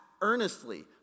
earnestly